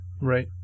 Right